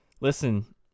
Listen